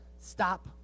stop